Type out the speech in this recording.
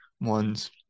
ones